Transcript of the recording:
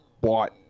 bought